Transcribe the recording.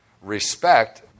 respect